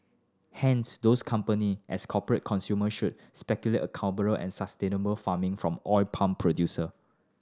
hence those company as corporate consumers should stipulate accountable and sustainable farming from oil palm producer